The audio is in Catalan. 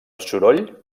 soroll